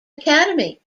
academy